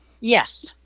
Yes